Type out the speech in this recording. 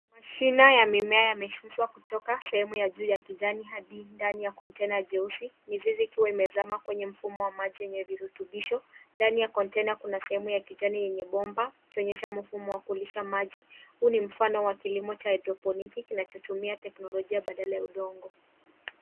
Mashine ya mimea yamesuzwa kutok ka sehemu ya juu ya kijani hadi ndani ya container jeusi, mizizi ikiwa imezama kwenye mfumo wa maji yenye virutubisho. Ndani ya container kuna sehemu ya kijani yenye bomba ikionyesha mfumo wa kulisha maji. Huu ni mfano wa kilicho cha hydroponic kinachotumia teknolojia badala ya udongo.